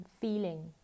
feeling